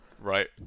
right